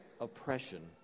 oppression